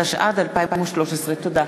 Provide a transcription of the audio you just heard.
התשע"ד 2013. תודה.